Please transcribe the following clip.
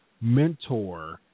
mentor